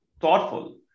thoughtful